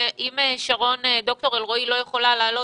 אם ד"ר שרון אלרעי לא יכולה לעלות,